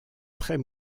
très